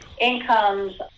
incomes